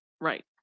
right